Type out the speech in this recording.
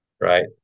right